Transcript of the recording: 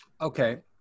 Okay